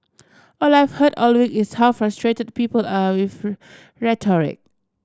all I've heard all week is how frustrated people are with rhetoric